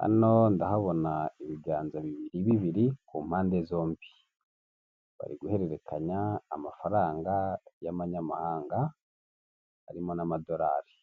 Hano ndahabona ibiganza bibiri bibiri ku mpande zombi, bari guhererekanya amafaranga y'amanyamahanga arimo n'amadolari,